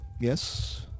Yes